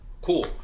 Cool